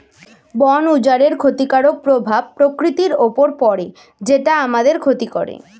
বন উজাড়ের ক্ষতিকারক প্রভাব প্রকৃতির উপর পড়ে যেটা আমাদের ক্ষতি করে